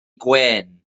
gwên